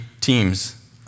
teams